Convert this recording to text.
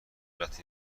قدرت